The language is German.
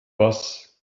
was